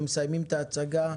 הם מסיימים את ההצגה,